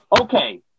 Okay